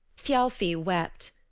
thialfi wept.